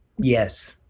Yes